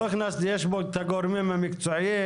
יש פה את הגורמים המקצועיים